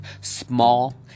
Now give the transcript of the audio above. Small